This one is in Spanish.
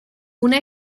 una